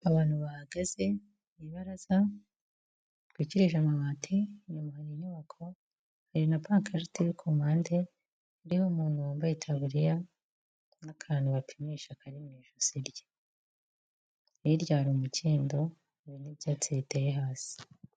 Abantu bahagaze mu ibaraza ritwikije amabati, inyuma hari inyubako, hari na bankarite yo ku ruhande iriho umuntu wambaye itaburiya n'akantu bapimisha kari mu ijosi rye. Hirya hari umukindo n'ibyatsi, hari n'ibyatsi biteye hasi.